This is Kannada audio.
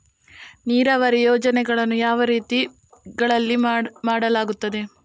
ನೀರಾವರಿ ಯೋಜನೆಗಳನ್ನು ಯಾವ ರೀತಿಗಳಲ್ಲಿ ಮಾಡಲಾಗುತ್ತದೆ?